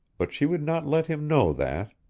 but she would not let him know that.